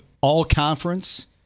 All-Conference